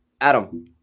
Adam